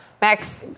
Max